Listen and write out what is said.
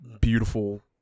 beautiful